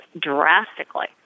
drastically